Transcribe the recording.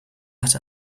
let